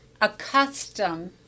accustomed